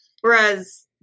whereas